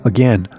Again